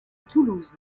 toulouse